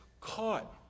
caught